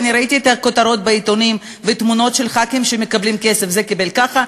וראיתי את הכותרות בעיתונים ותמונות של ח"כים שמקבלים כסף: זה קיבל ככה,